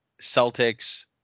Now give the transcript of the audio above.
Celtics